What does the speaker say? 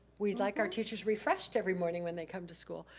we like our teachers refreshed every morning when they come to school.